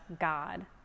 God